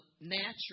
natural